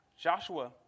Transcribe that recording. Joshua